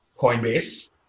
Coinbase